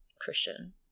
Christian